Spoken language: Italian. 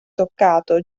toccato